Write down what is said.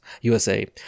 USA